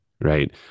right